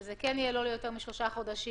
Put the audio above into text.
שזה כן יהיה לא ליותר משלושה חודשים,